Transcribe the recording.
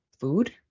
food